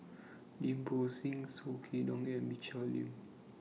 Lim Bo Seng Soh Kay Siang and Michelle Lim